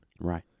Right